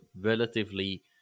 relatively